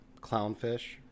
Clownfish